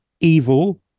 evil